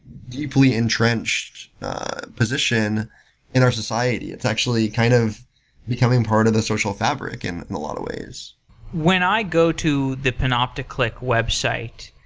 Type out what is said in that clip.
deeply entrenched position in our society. it's actually kind of becoming part of the social fabric and in a lot of ways when i go to the panopticlick website,